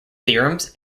theorems